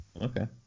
Okay